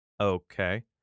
Okay